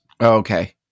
Okay